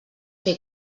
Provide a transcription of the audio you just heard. fer